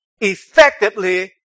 effectively